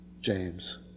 James